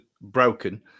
broken